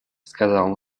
сказал